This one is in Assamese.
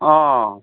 অ'